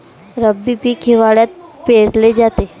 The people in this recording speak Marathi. रब्बी पीक हिवाळ्यात पेरले जाते